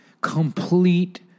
complete